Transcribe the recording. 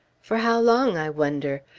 for how long, i wonder?